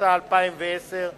התש"ע 2010,